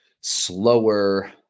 slower